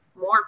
more